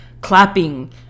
clapping